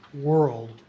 world